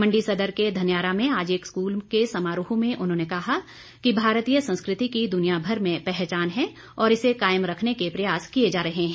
मंडी सदर के धन्यारा में आज एक स्कूल के समारोह में उन्होंने कहा कि भारतीय संस्कृति की दुनियाभर में पहचान है और इसे कायम रखने के प्रयास किए जा रहे हैं